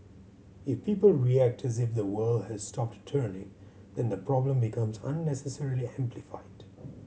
if people react as if the world has stopped turning then the problem becomes unnecessarily amplified